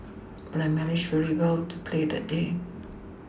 but I managed very well to play that day